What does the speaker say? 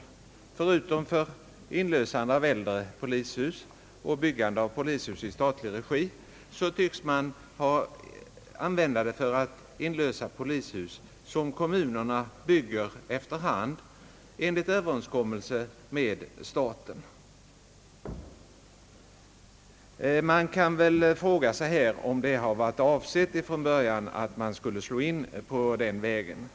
Man synes använda det, förutom till inlösning av äldre polishus och byggande av polishus i statlig regi, till att inlösa polishus som kommunerna bygger efter hand enligt överenskommelse med staten. Frågan är väl om det från början varit avsett att staten skulle slå in på den vägen.